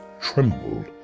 trembled